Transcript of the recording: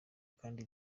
kandi